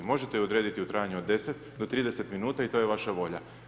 Možete ju odrediti u trajanju od 10 do 30 minuta i to je vaša volja.